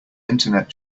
internet